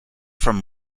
from